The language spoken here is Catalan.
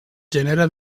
gènere